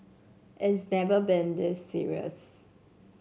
it's never been this serious